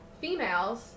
Females